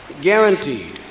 Guaranteed